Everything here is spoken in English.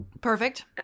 Perfect